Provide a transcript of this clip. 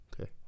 Okay